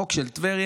החוק של טבריה,